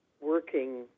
working